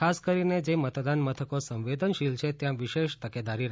ખાસ કરીને જે મતદાન મથકો સંવેદનશીલ છે ત્યાં વિશેષ તકેદારી રખાશે